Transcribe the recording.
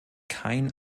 kein